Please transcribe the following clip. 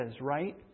right